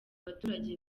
abaturage